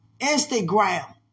Instagram